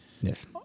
Yes